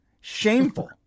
Shameful